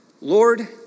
Lord